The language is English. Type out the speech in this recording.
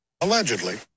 allegedly